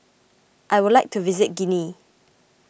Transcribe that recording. I would like to visit Guinea